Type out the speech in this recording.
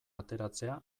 ateratzea